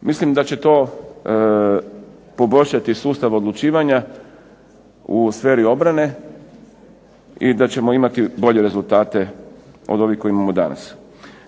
Mislim da će to poboljšati sustav odlučivanja u sferi obrane i da ćemo imati bolje rezultate od ovih koje imamo danas.